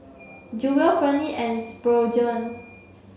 Jewel Ferne and Spurgeon